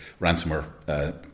ransomware